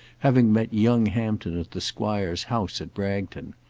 having met young hampton at the squire's house at bragton.